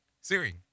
Siri